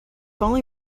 only